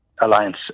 Alliance